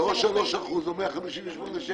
זה או 3% או 157 שקלים.